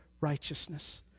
righteousness